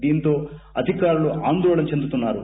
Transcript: దీంతో అధికారులు ఆందోళన చెందుతున్నారు